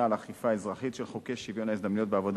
על אכיפה אזרחית של חוקי שוויון ההזדמנויות בעבודה